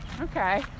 Okay